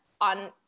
on